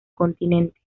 continente